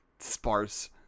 Sparse